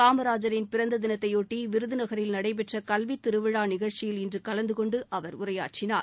காமராஜரின் பிறந்ததினத்தையாட்டி விருதுநகரில் நடைபெற்றகல்வித் திருவிழாநிகழ்ச்சியில் இன்றுகலந்துகொண்டுஅவர் உரையாற்றினார்